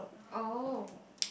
oh